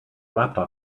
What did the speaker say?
laptop